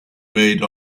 made